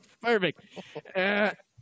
Perfect